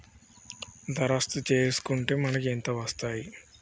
దరఖాస్తు చేస్కుంటే మనకి ఎంత వస్తాయి?